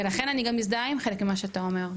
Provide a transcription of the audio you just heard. ולכן אני גם מזדהה עם חלק ממה שאתה אומר.